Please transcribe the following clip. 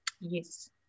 Yes